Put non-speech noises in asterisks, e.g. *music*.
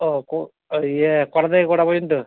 ও *unintelligible* ওই ইয়ে কটা থেকে কটা পর্যন্ত